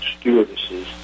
stewardesses